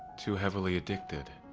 too heavily addicted.